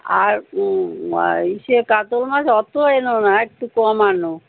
আর ইয়ে কাতলা মাছ অতো এনো না আর একটু কম আনো